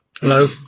Hello